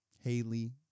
Haley